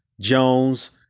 Jones